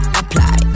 apply